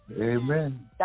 amen